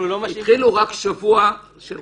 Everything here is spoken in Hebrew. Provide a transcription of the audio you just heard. ועוד